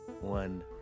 One